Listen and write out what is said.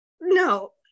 No